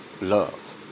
love